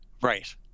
Right